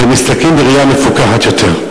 ומסתכלים בראייה מפוקחת יותר.